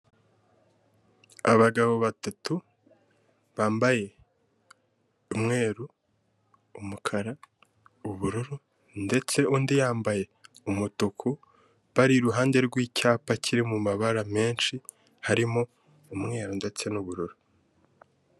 Abagabo batatu bambaye umweru, umukara, ubururu, ndetse n'undi wambaye umutuku bari iruhande rw'icyapa kiri mu mabara menshi, harimo umweru ndetse n'ubururu.